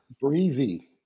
breezy